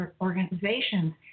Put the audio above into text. organizations